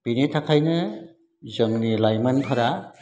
बिनि थाखायनो जोंनि लाइमोनफोरा